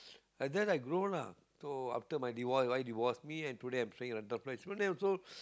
and then I grow lah so after my divorce wife divorce me and today I'm staying in a rental flat so n~ so